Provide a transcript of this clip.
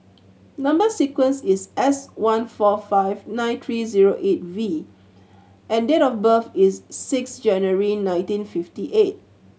number sequence is S one four five nine three zero eight V and date of birth is six January nineteen fifty eight